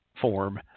form